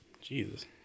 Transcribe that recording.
Jesus